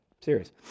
Serious